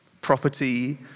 Property